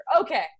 Okay